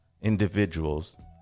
individuals